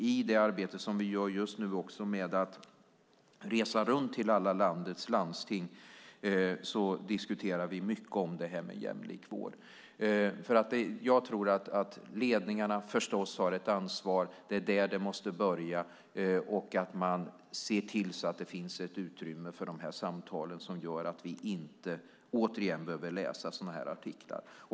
I det arbete som vi gör just nu där vi reser runt till alla landets landsting diskuterar vi mycket det här med jämlik vård. Ledningarna har förstås ett ansvar. Det är där det måste börja, och man måste se till att det finns ett utrymme för de här samtalen som gör att vi inte återigen behöver läsa sådana här artiklar.